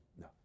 No